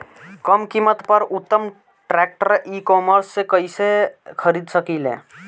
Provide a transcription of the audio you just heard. कम कीमत पर उत्तम ट्रैक्टर ई कॉमर्स से कइसे खरीद सकिले?